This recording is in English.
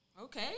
okay